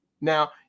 now